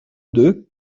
deux